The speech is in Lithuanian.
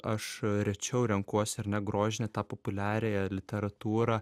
aš rečiau renkuosi ar ne grožinę tą populiariąją literatūrą